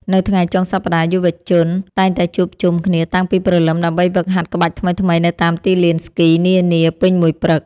នៅថ្ងៃចុងសប្ដាហ៍ យុវជនតែងតែជួបជុំគ្នាតាំងពីព្រលឹមដើម្បីហ្វឹកហាត់ក្បាច់ថ្មីៗនៅតាមទីលានស្គីនានាពេញមួយព្រឹក។